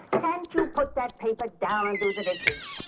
and to put that paper down and do the dishes.